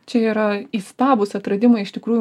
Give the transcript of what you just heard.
čia yra įstabūs atradimai iš tikrųjų